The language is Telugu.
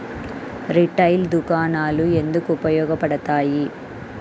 రిటైల్ దుకాణాలు ఎందుకు ఉపయోగ పడతాయి?